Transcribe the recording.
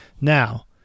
Now